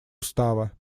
устава